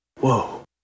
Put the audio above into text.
whoa